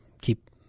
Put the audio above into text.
keep